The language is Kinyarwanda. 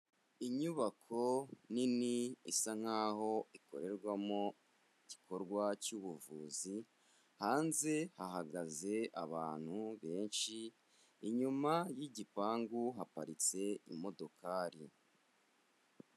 Inyubako nini isa nk'aho ikorerwamo igikorwa cy'ubuvuzi, hanze hahagaze abantu benshi, inyuma y'igipangu haparitse imodokari.